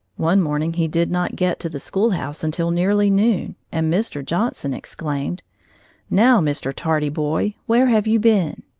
one morning he did not get to the schoolhouse until nearly noon, and mr. johnson exclaimed now, mr. tardy-boy, where have you been?